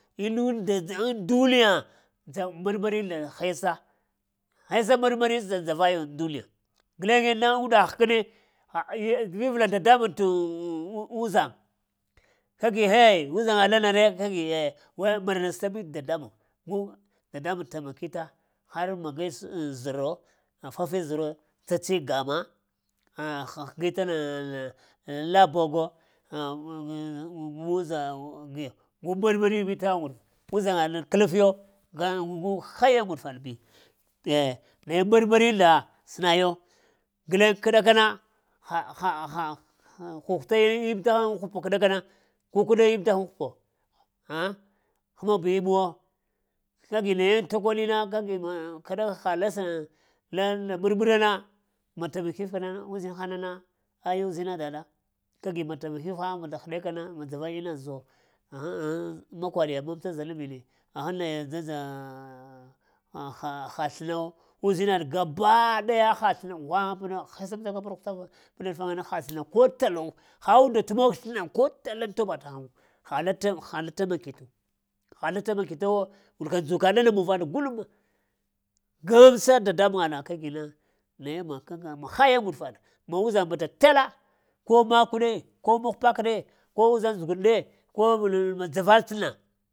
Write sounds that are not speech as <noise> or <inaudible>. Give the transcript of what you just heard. Inu nda ŋ duniya dza marmariyu nda hesa, hesa marmariyu nda sa dzava yan duniya, guleŋ na unda həkəne, vivəla dadamuŋ? Uzaŋ kagi hey uzaŋa ɗa na re hey kagi eh ga mara nasta mi t’ dada muŋ gu gu dadamuŋ tama ki ta har magi en zəro na fafi zəro, tsatsi gamma ghənghəgi ta la bogo <hesitation> moza giyo gu marmari mi tewa ŋguɗuf uzaŋa ɗa kəlaf yo ga gu haiya ŋguɗufaɗ mi eh na ye mar marinda sənayo guleŋ k’ ɗakana, <hesitation> ghughta im ta haŋ hup k’ ɗakana, kukəɗa im tahaŋ həpo ahhaa həma b’ imuwa ka gi naye t'koli na kagi kaɗa ha la sa la na ɓər-ɓəra na, ma tama kif na uzinha na na aya uzina daɗa kagi ma tama kif haŋ bata həɗe ka na ma dza vai ina zo ahhaŋ makwa ɗiya mamta zalaŋ mbini ahha naya dza-dza a-a-a <hesitation> sləna wo, uzina ɗa gaabaa daya na ghwaŋa hesəmsaka-peɗ alfaŋa na ha sləna ko talu, ha unda t'mog sləna ko tala ŋ toba tahaŋ wu, hala tamk hala tamakitu, hala tamaki ta wo wurka ndzuka ɗana mun vana guɗumma, gəmsa dada muwa ɗa kagi na naye ma ka ma haiya ŋguɗufaɗa, ma uzaŋ bata tala, ko makw ɗe, ko mahupak ɗe, ko uzaŋ zəgun ɗe, ko ma nu ma dza vaɗ sləna.